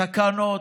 תקנות,